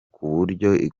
kuburyo